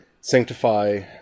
Sanctify